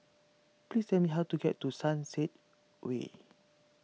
please tell me how to get to Sunset Way